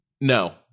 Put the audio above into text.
No